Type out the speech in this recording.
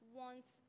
wants